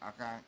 okay